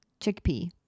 chickpea